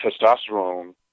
testosterone